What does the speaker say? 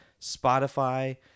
Spotify